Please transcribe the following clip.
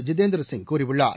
ஜிதேந்திர சிங் கூறியுள்ளார்